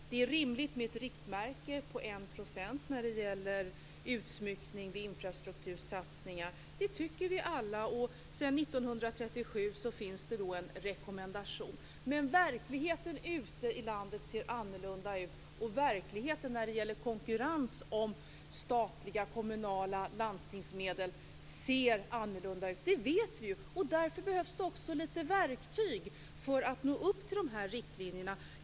Det är rimligt med ett riktmärke på 1 % när det gäller utsmyckning vid infrastruktursatsningar. Det tycker vi alla. Sedan 1937 finns det en rekommendation. Men verkligheten ute i landet ser annorlunda ut. Och verkligheten när det gäller konkurrens om statliga medel, kommunala medel och landstingsmedel ser annorlunda ut. Det vet vi ju. Därför behövs det också lite verktyg för att nå upp till de här riktlinjerna.